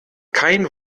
kein